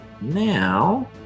Now